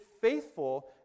faithful